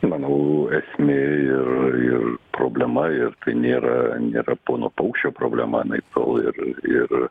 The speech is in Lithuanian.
manau esmė ir ir problema ir tai nėra nėra pono paukščio problema anaiptol ir ir